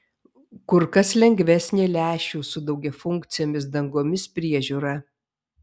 kur kas lengvesnė lęšių su daugiafunkcėmis dangomis priežiūra